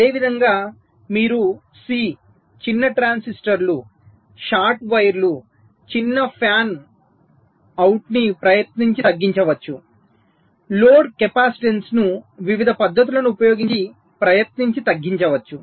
అదేవిధంగా మీరు సి చిన్న ట్రాన్సిస్టర్లు షార్ట్ వైర్లు చిన్న ఫ్యాన్ అవుట్స్ ప్రయత్నించి తగ్గించవచ్చు లోడ్ కెపాసిటెన్స్ను వివిధ పద్ధతులను ఉపయోగించి ప్రయత్నించి తగ్గించవచ్చు